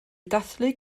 dathlu